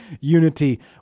unity